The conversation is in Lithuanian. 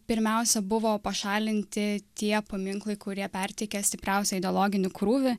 pirmiausia buvo pašalinti tie paminklai kurie perteikia stipriausią ideologinį krūvį